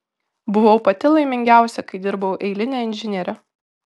buvau pati laimingiausia kai dirbau eiline inžiniere